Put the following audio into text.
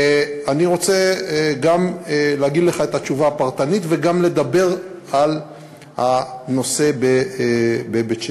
ואני רוצה גם להגיד לך את התשובה הפרטנית וגם לדבר על הנושא בבית-שמש.